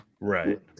Right